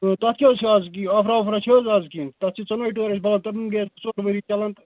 تتھ کیٛاہ حظ چھ اَز آفرا وافرا چھِ حظ اَز کیٚنٛہہ تتھ چھِ ژۅنوَے ٹٲر حظ بَدلاوٕنۍ تتھ گٔے اَز ژور ؤری چَلان تہٕ